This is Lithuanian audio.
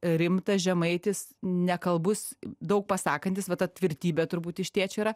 rimtas žemaitis nekalbus daug pasakantis va ta tvirtybė turbūt iš tėčio yra